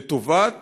לטובת